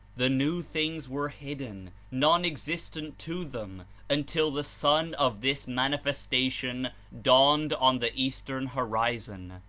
the new things were hidden, non-existent to them until the sun of this manifestation dawned on the eastern horizon.